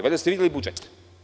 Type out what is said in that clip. Valjda ste videli budžet?